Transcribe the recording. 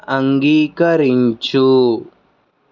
అంగీకరించు